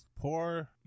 Poor